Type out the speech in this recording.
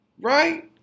Right